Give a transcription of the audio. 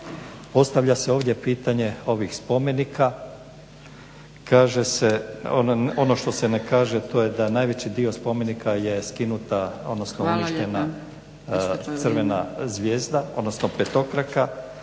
Postavlja se ovdje pitanje ovih spomenika. Kaže se, ono što se ne kaže to je da najveći dio spomenika je skinuta, odnosno uništena crvena zvijezda, odnosno petokraka.